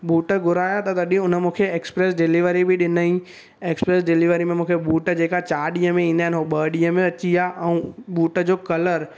boot घुराया त तॾहिं उन मूंखे एक्सप्रेस डिलिवरी बि ॾिनईं एक्सप्रेस डिलिवरी में मूंखे बूट जेका चारि ॾींअं में ईंदा आहिनि उहो ॿ ॾींहं में अची विया ऐं बूट जो कलर